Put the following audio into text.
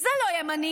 זה לא ימני,